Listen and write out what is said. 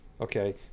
okay